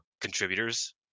contributors